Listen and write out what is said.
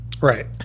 right